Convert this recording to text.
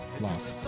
lost